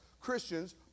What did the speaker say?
Christians